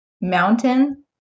mountain